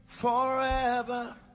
forever